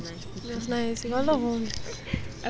it's nice you remember what movie